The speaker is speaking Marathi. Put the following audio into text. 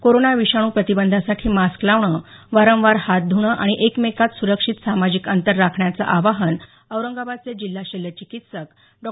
कोरोना विषाणू प्रतिबंधासाठी मास्क लावणं वारंवार हात ध्रणं आणि एकमेकात सुरक्षित सामाजिक अंतर राखण्याचं आवाहन औरंगाबादचे जिल्हा शल्य चिकित्सक डॉ